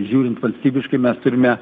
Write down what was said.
žiūrint valstybiškai mes turime